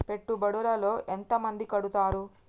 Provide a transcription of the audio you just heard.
పెట్టుబడుల లో ఎంత మంది కడుతరు?